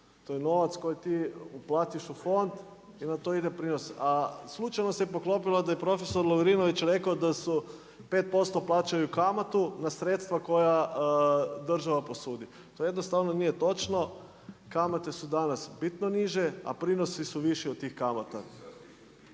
to je novac koji ti uplatiš u fond i na to ide prinos a slučajno se poklopilo da je profesor Lovrinović rekao da su, 5% plaćaju kamatu na sredstva koja država posudi. To jednostavno nije točno, kamate su danas bitno niže a prinosi su viši od tih kamata.